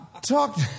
Talk